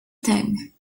thing